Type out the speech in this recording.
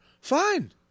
fine